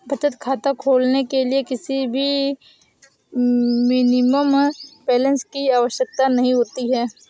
बचत खाता खोलने के लिए किसी भी मिनिमम बैलेंस की आवश्यकता नहीं होती है